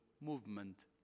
movement